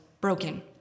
broken